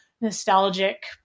nostalgic